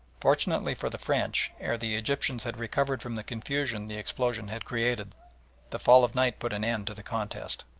fortunately for the french, ere the egyptians had recovered from the confusion the explosion had created the fall of night put an end to the contest.